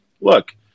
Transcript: look